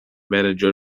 manager